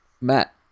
Matt